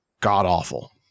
god-awful